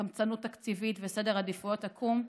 קמצנות תקציבית וסדר עדיפויות עקום,